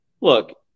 look